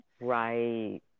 Right